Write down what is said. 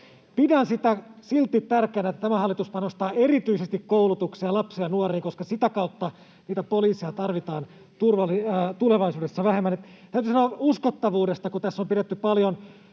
Pidän sitä silti tärkeänä, että tämä hallitus panostaa erityisesti koulutukseen ja lapsiin ja nuoriin, koska sitä kautta poliiseja tarvitaan tulevaisuudessa vähemmän. Täytyy sanoa uskottavuudesta, kun tässä on pidetty paljon